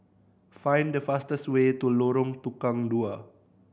find the fastest way to Lorong Tukang Dua